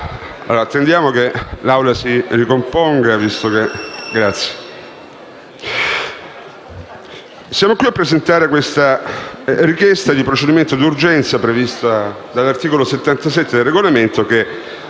siamo qui a illustrare la richiesta di procedimento d'urgenza prevista dall'articolo 77 del Regolamento che